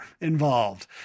involved